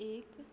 एक